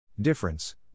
Difference